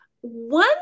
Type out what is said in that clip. One